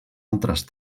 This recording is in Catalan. altres